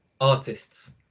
artists